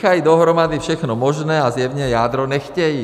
Míchají dohromady všechno možné a zjevně jádro nechtějí.